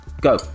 go